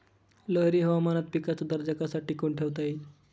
लहरी हवामानात पिकाचा दर्जा कसा टिकवून ठेवता येईल?